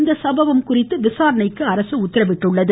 இந்த சம்பவம் குறித்து விசாரணைக்கும் அரசு உத்தரவிட்டுள்ளது